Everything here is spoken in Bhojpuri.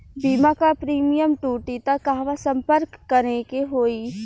बीमा क प्रीमियम टूटी त कहवा सम्पर्क करें के होई?